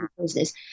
business